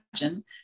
imagine